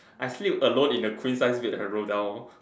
I sleep alone in the queen size bed I roll down